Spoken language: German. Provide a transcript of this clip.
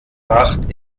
acht